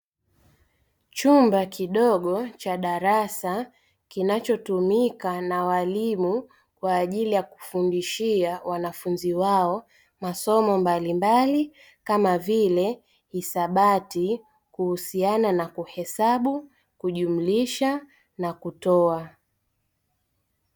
Chumba kidogo cha darasa, kinachotumika na walimu kwa ajili ya kufundishia wanafunzi wao masomo mbalimbali, kama vile hisabati kuhusiana na kuhesabu, kujumlisha na kutoa.